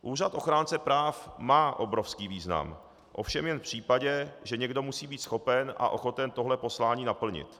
Úřad ochránce práv má obrovský význam, ovšem jen v případě, že někdo musí být schopen a ochoten tohle poslání naplnit.